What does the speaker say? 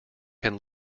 can